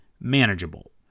manageable